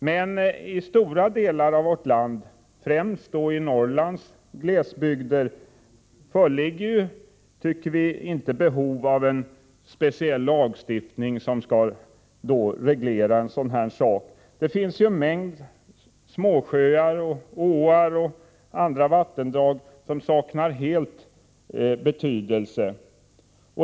Men i stora delar av vårt land, främst då i Norrlands glesbygder, föreligger inte behov av en speciell lagstiftning för att reglera strandskyddet. Där finns många småsjöar, åar och andra vattendrag som helt saknar betydelse.